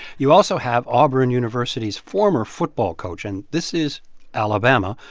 you also have auburn university's former football coach. and this is alabama.